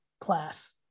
class